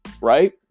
right